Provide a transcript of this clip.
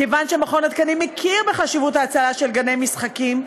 כיוון שמכון התקנים מכיר בחשיבות ההצללה של גני משחקים,